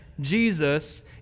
Jesus